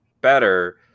better